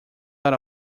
out